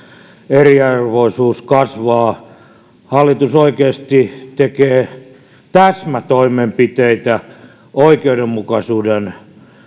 eriarvoisuus kasvaa hallitus oikeasti tekee täsmätoimenpiteitä oikeudenmukaisuuden